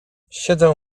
siedzę